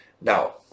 Now